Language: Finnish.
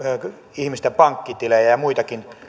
ihmisten pankkitilejä ja ja muitakin